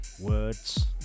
Words